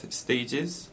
stages